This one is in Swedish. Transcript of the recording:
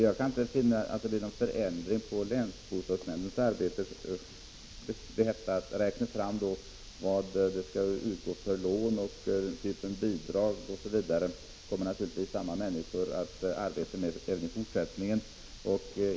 Jag kan inte finna att det blir några förändringar av länsbostadsnämndens arbete när det gäller att räkna fram vilka lån och vilka typer av bidrag osv. som skall utgå. Naturligtvis kommer samma människor att arbeta med detta även i fortsättningen.